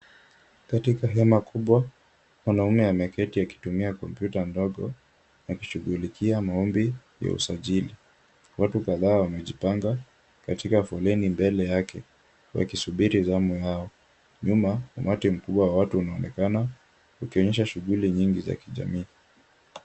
Katika hema kubwa, mwanaume ameketi akitumia kompyuta ndogo, akishughulikia maombi ya usajili. Watu kadhaa wamejipanga katika foleni mbele yake, wakisubiri zamu yao. Nyuma, umati mkubwa wa watu unaonekana, ukionyesha shughuli nyingi za kijamii.